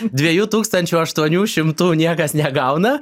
dviejų tūkstančių aštuonių šimtų niekas negauna